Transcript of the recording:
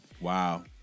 Wow